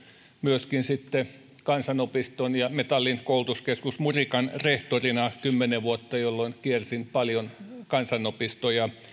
myöskin sitten kansanopiston ja metallin koulutuskeskus murikan rehtorina kymmenen vuotta jolloin kiersin paljon kansanopistoja